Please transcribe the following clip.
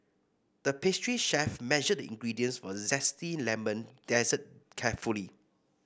the pastry chef measured the ingredients for a zesty lemon dessert carefully